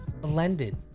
Blended